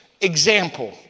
example